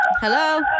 Hello